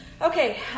okay